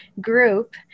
group